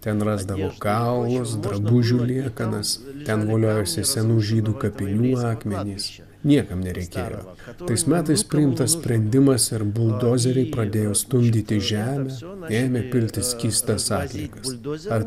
ten rasdavo kaulus drabužių liekanas ten voliojosi senų žydų kapinių akmenys niekam nereikėjo tais metais priimtas sprendimas ir buldozeriai pradėjo stumdyti žemę ėmė pilti skystas atliekas